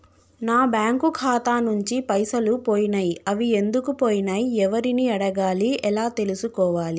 నా బ్యాంకు ఖాతా నుంచి పైసలు పోయినయ్ అవి ఎందుకు పోయినయ్ ఎవరిని అడగాలి ఎలా తెలుసుకోవాలి?